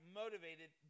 motivated